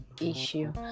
issue